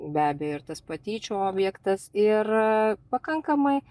be abejo ir tas patyčių objektas ir pakankamai